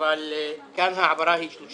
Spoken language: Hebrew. אבל כאן ההעברה היא 30